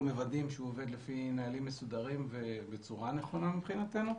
מוודאים שהוא עובד לפי נהלים מסודרים ובצורה נכונה מבחינתנו.